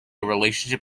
relationship